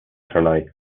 tournai